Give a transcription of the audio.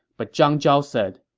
but zhang zhao said,